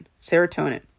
Serotonin